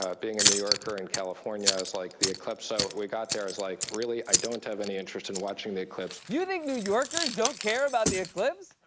ah being a new yorker in california, i was like, the eclipse so we got there, i was like, really, i don't have any interest in watching the eclipse. you think new yorkers don't care about the eclipse?